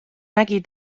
nägi